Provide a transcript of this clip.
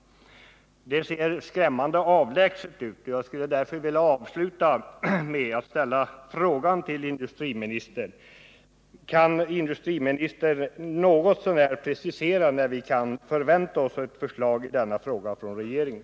Det ser skrämmande avlägset ut, och jag skulle därför vilja avsluta med att fråga industriministern: Kan industriministern något så när precisera när vi kan förvänta oss förslag i denna fråga från regeringen?